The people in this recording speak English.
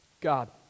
God